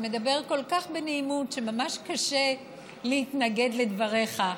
שמדבר כל כך בנעימות שממש קשה להתנגד לדבריך,